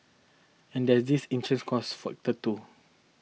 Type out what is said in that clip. and there is intrinsic cost factor too